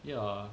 yeah